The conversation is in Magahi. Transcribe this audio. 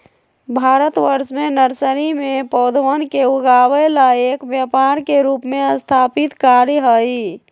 भारतवर्ष में नर्सरी में पौधवन के उगावे ला एक व्यापार के रूप में स्थापित कार्य हई